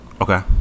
Okay